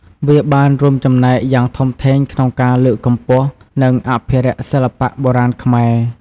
វាបានរួមចំណែកយ៉ាងធំធេងក្នុងការលើកកម្ពស់និងអភិរក្សសិល្បៈបុរាណខ្មែរ។